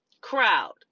crowd